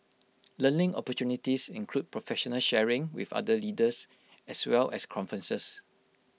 learning opportunities include professional sharing with other leaders as well as conferences